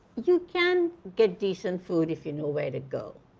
you can get decent food if you know where to go.